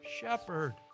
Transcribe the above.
shepherd